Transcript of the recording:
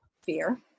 Fear